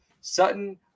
Sutton